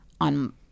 on